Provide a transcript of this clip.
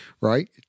right